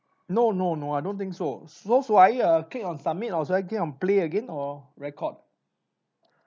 no no no I don't think so so should I err click on submit or should I click on play again or record